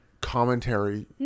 commentary